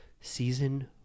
Season